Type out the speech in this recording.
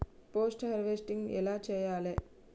Post harvesting ఎలా చెయ్యాలే?